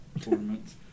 tournaments